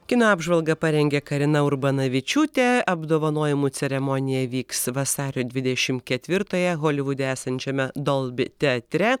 kino apžvalgą parengė karina urbanavičiūtė apdovanojimų ceremonija vyks vasario dvidešim ketvirtąją holivude esančiame dolbi teatre